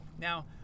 Now